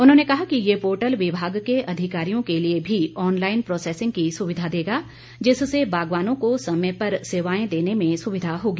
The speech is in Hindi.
उन्होंने कहा कि यह पोर्टल विभाग के अधिकारियों के लिए भी ऑनलाइन प्रोसेसिंग की सुविधा देगा जिससे बागवानों को समय पर सेवाएं देने में सुविधा होगी